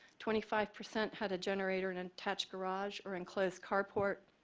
twenty five percent had a generator in attached garage or enclosed carport,